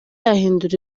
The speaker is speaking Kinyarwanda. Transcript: ahindura